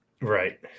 Right